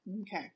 Okay